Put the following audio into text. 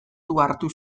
hartu